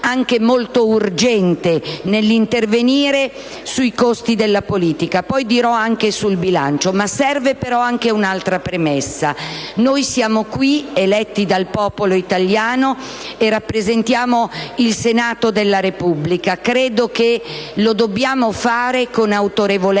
anche molto urgente nell'intervenire sui costi della politica. Serve anche un'altra premessa: noi siamo eletti dal popolo italiano e rappresentiamo il Senato della Repubblica. Credo che lo dobbiamo fare con autorevolezza,